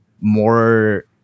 more